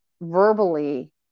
verbally